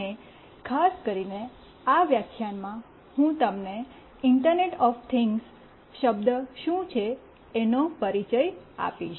અને ખાસ કરીને આ વ્યાખ્યાનમાં હું તમને ઈન્ટરનેટ ઓફ થિંગ્સ શબ્દ શું છે એનો પરિચય આપીશ